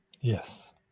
Yes